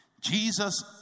Jesus